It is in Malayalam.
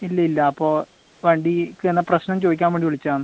ഇല്ല ഇല്ല അപ്പോൾ വണ്ടിക്ക് എന്നാ പ്രശ്നം ചോദിക്കാൻ വേണ്ടി വിളിച്ചതാണ്